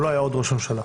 הוא לא היה עוד ראש ממשלה,